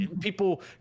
people